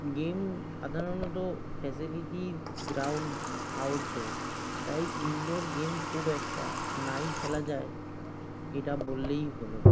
game সাধারণত facility ground outdoor তাই indoor game খুব একটা নাই খেলা যায় এটা বললেই হলো